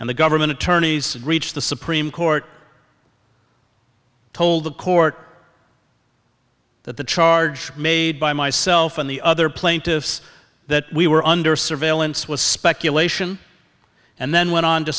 and the government attorneys reached the supreme court told the court that the charge made by myself and the other plaintiffs that we were under surveillance was speculation and then went on to